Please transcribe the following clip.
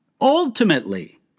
ultimately